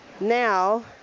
Now